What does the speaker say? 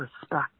respect